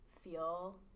feel